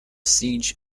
siege